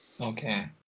Okay